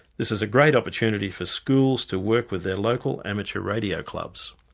this is a great opportunity for schools to work with their local amateur radio clubs.